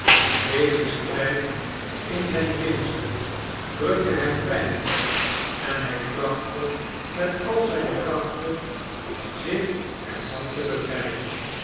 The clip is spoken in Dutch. deze strijd in zijn binnenste drukte hem pijnlijk en hij trachtte met al zijn krachten zich er van te bevrijden